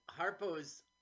Harpo's